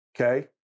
okay